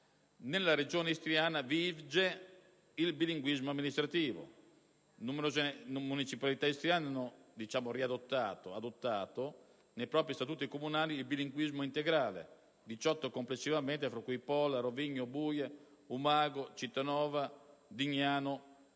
Nella regione istriana vige il bilinguismo amministrativo. Numerose municipalità istriane hanno adottato nei propri statuti comunali il bilinguismo integrale (18 complessivamente, tra cui Pola, Rovigno, Buie, Umago, Cittanova, Dignano, Parenzo),